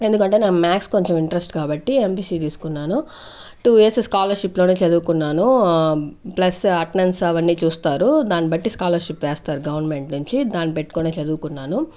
ఎందుకంటే నాకు మ్యాక్స్ కొంచెం ఇంట్రెస్ట్ కాబట్టి ఎంపీసీ తీసుకున్నాను టు ఇయర్స్ స్కాలర్షిప్ లోనే చదువుకున్నాను ప్లస్ అటెనెన్స్ అవన్నీ చూస్తారు దాన్ని బట్టి స్కాలర్షిప్ వేస్తారు గవర్నమెంట్ నుంచి దాన్ని పెట్టుకొనే చదువుకున్నాను